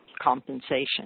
compensation